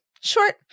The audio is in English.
short